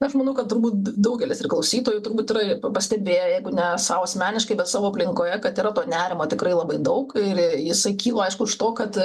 aš manau kad turbūt daugelis ir klausytojų turbūt yra pastebėję jeigu ne sau asmeniškai bet savo aplinkoje kad yra to nerimo tikrai labai daug ir jisai kyla aišku iš to kad